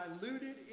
diluted